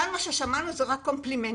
שמענו כאן רק קומפלימנטים,